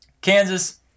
Kansas